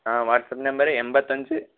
ആ WhatsApp number എൺപത്തഞ്ച്